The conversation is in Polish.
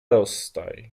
rozstaj